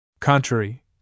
Contrary